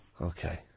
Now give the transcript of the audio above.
Okay